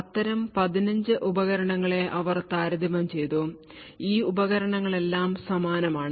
അത്തരം 15 ഉപകരണങ്ങളെ അവർ താരതമ്യം ചെയ്തു ഈ ഉപകരണങ്ങളെല്ലാം സമാനമാണ്